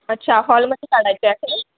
अच्छा हॉलमध्ये काढायची आहे